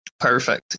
Perfect